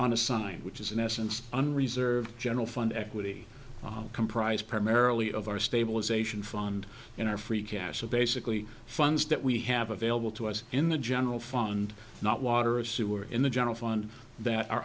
a sign which is in essence an reserve general fund equity comprised primarily of our stabilization fund in our free cash flow basically funds that we have available to us in the general fund not water or sewer in the general fund that are